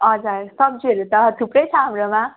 हजुर सब्जीहरू त थुप्रै छ हाम्रोमा